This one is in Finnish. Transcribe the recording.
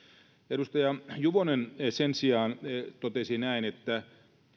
edustaja juvonen sen sijaan totesi että